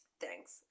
Thanks